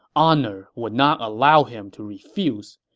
honor would not allow him to refuse.